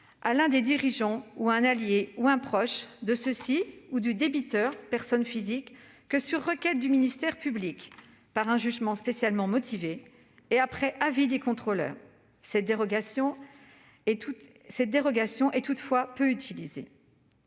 à l'un des dirigeants, un allié ou un proche de ceux-ci ou du débiteur personne physique que sur requête du ministère public, par un jugement spécialement motivé et après avis des contrôleurs. Cette dérogation est toutefois peu utilisée.